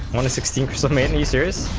sixteen serious